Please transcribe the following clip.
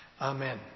amen